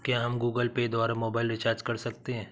क्या हम Google Pay द्वारा मोबाइल रिचार्ज कर सकते हैं?